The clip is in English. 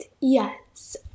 yes